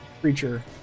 creature